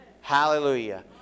Hallelujah